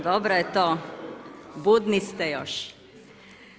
Dobro je to, budni ste još!